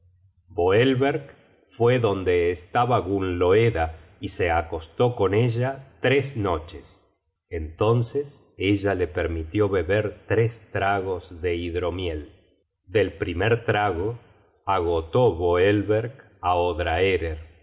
boelverck fue donde estaba gunnloeda y se acostó con ella tres noches entonces ella le permitió beber tres tragos de hidromiel del primer trago agotó boelverck á odraerer del